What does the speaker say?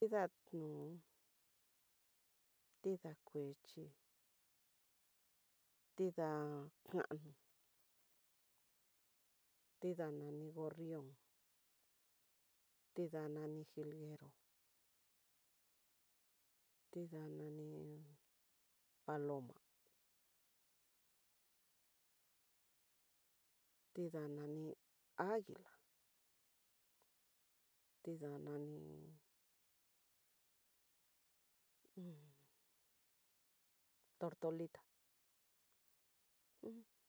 Tidaa, nó, tidaa kuexhe, tidaa kano, tidaa nani gorrion, tidaa nani nguilero, tidaa nani paloma, tidaa nani aguila, tidaa nani un tortolita ujun.